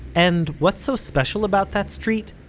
and what's so special about that street?